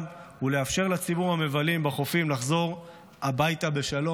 ולאפשר לציבור המבלים בחופים לחזור הביתה בשלום.